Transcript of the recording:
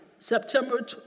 September